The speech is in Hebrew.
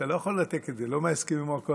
אתה לא יכול לנתק את זה מההסכמים הקואליציוניים,